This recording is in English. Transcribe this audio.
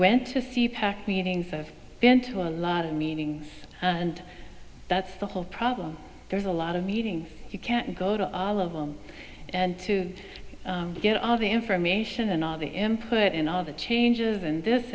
went to see pac meetings i've been to a lot of meetings and that's the whole problem there's a lot of meeting you can't go to all of them and to get all the information and all the input and all the changes and this